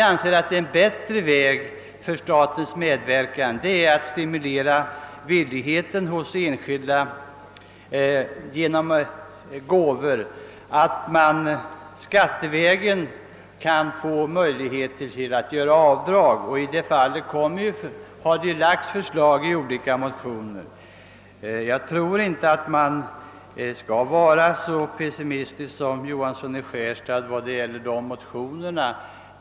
Vi anser att en bättre väg för statens medverkan är att stimulera viljan till enskilda gåvor genom att ge möjlighet att göra avdrag skattevägen. I det sammanhanget har lagts fram förslag i olika mo tioner. Jag tror inte att man skall vara så pessimistisk som herr Johansson i Skärstad beträffande dessa motioner.